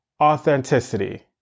authenticity